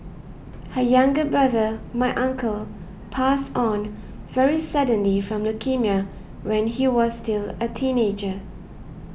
her younger brother my uncle passed on very suddenly from leukaemia when he was still a teenager